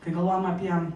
kai galvojam apie